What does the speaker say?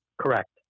Correct